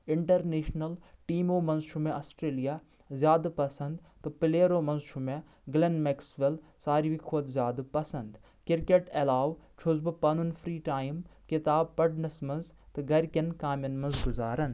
international ٹیمو منٛز چھُ مےٚ اسٹرلیا زیادٕ پسند تہٕ پلیرَو منٛز چھُ مےٚ گلیٚن میکسوَل ساروے کھوتہٕ زیادٕ پسند کرکٹ علاوٕ چھُس بہٕ پنُن فری ٹایم کتاب پرنس منٛز تہٕ گَرٕکین کامین منٛز گُزاران